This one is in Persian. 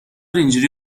اینجوری